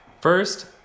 First